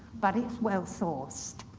but it's well sourced.